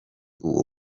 uwo